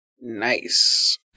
Nice